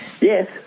Yes